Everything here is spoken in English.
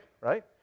right